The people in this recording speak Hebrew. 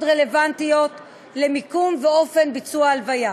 רלוונטיות למיקום ולאופן ביצוע ההלוויה.